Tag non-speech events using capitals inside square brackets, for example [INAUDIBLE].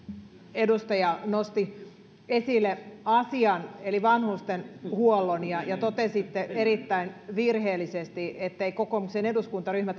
edustaja nosti esille asian eli vanhustenhuollon ja ja totesitte erittäin virheellisesti ettei kokoomuksen eduskuntaryhmä [UNINTELLIGIBLE]